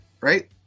Right